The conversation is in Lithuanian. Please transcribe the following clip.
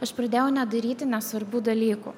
aš pradėjau nedaryti nesvarbių dalykų